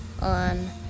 on